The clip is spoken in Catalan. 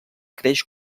creix